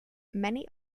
many